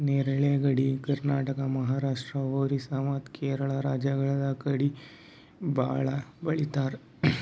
ನೇರಳೆ ಗಡ್ಡಿ ಕರ್ನಾಟಕ, ಮಹಾರಾಷ್ಟ್ರ, ಓರಿಸ್ಸಾ ಮತ್ತ್ ಕೇರಳ ರಾಜ್ಯಗಳ್ ಕಡಿ ಭಾಳ್ ಬೆಳಿತಾರ್